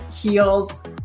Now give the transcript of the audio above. heels